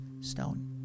stone